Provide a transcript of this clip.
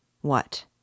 What